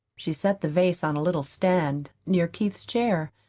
she set the vase on a little stand near keith's chair,